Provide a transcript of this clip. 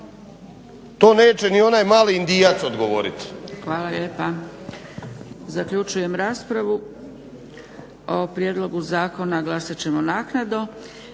To neće ni onaj mali indijac odgovoriti. **Zgrebec, Dragica (SDP)** Hvala lijepa. Zaključujem raspravu. O prijedlogu zakona glasat ćemo naknadno.